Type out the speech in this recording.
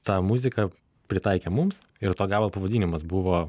tą muziką pritaikė mums ir to gabalo pavadinimas buvo